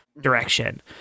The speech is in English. direction